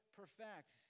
perfect